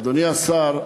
אדוני השר,